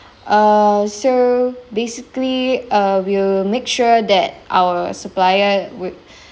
uh so basically uh we'll make sure that our supplier would